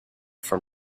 from